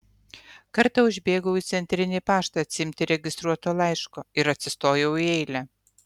kartą užbėgau į centrinį paštą atsiimti registruoto laiško ir atsistojau į eilę